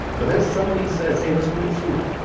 but then somebody says, hey, let's go get food.